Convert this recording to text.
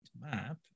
map